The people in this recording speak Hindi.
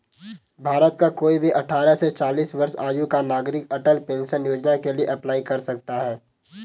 भारत का कोई भी अठारह से चालीस वर्ष आयु का नागरिक अटल पेंशन योजना के लिए अप्लाई कर सकता है